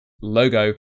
logo